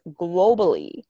globally